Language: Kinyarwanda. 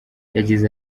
yagize